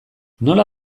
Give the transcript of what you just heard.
nola